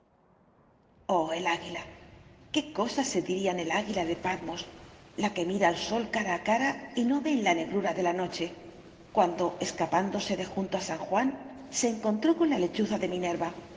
el águila qué cosas se dirían el águila de patmos la que mira al sol cara a cara y no ve en la negrura de la noche cuando escapándose de junto a san juan se encontró con la lechuza de minerva